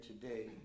today